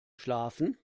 schlafen